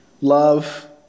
Love